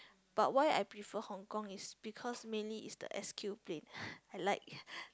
but why I prefer Hong-Kong is because mainly is the S_Q plane I like